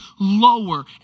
lower